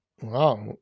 wow